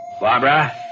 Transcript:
Barbara